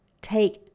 take